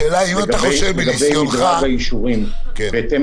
לגבי מדרג האישורים, בהתאם